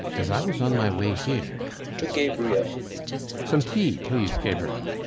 as i was on my way here to gabriel some tea, please gabriel,